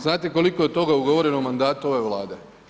Znate li koliko je toga ugovoreno u mandatu ove Vlade?